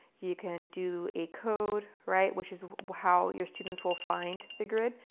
you can do a code. right. which is how your students will find the grid.